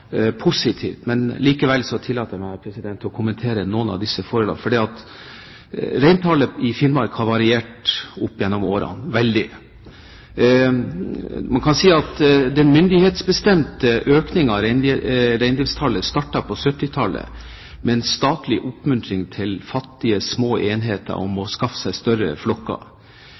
positivt. Likevel tillater jeg meg å kommentere noen av disse forholdene. Reintallet i Finnmark har variert veldig opp gjennom årene. Man kan si at den myndighetsbestemte økningen av reindriftstallet startet på 1970-tallet, med en statlig oppmuntring til fattige, små enheter om å skaffe seg større